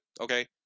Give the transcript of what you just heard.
okay